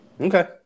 Okay